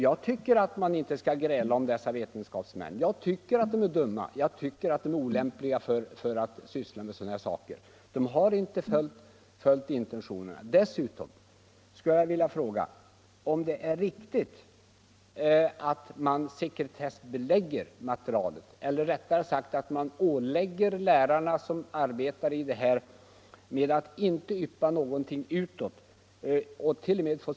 Jag tycker inte att man skall gräla om dessa vetenskapsmän; jag tycker att de visat sig dumma, olämpliga att syssla med sådana här saker. De har helt enkelt inte följt intentionerna. Dessutom vill jag fråga om det är riktigt att man ålägger de lärare som arbetar med detta material att inte yppa något utåt — de hart.o.m.